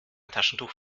taschentuch